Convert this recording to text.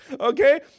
okay